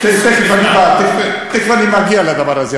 כן, תכף אני מגיע לדבר הזה.